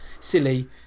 silly